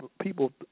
people